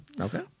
Okay